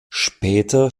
später